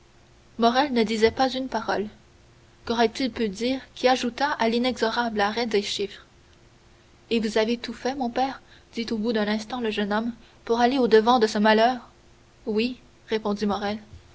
morrel ne disait pas une parole qu'aurait-il pu dire qui ajoutât à l'inexorable arrêt des chiffres et vous avez tout fait mon père dit au bout d'un instant le jeune homme pour aller au-devant de ce malheur oui répondit